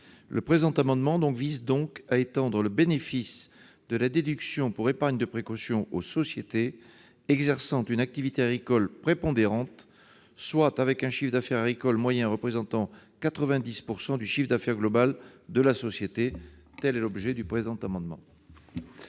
Le présent amendement vise donc à étendre le bénéfice de la déduction pour épargne de précaution aux sociétés exerçant une activité agricole prépondérante, soit avec un chiffre d'affaires agricoles moyen représentant 90 % du chiffre d'affaires global de la société. La parole est à M.